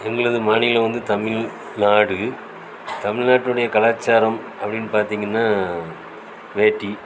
எங்களது மாநிலம் வந்து தமிழ்நாடு தமிழ்நாட்டுடைய கலாச்சாரம் அப்படின்னு பார்த்தீங்கன்னா வேட்டி